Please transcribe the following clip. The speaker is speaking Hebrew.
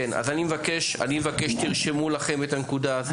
אני מבקש שתרשמו לכם את הנקודה הזו,